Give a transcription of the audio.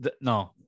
no